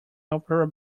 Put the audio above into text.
opera